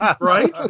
Right